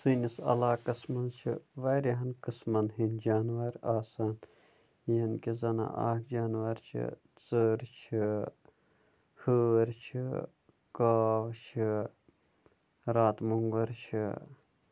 سٲنِس علاقَس منٛز چھِ واریاہَن قٔسمَن ہٕنٛدۍ جَانور آسان ییٚمہِ کِنۍ زَن اکھ جَانور چھِ ژٔر چھِ ہٲر چھِ کاو چھُ راتہٕ مۄگُل چھُ